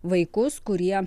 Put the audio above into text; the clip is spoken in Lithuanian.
vaikus kurie